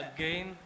Again